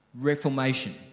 reformation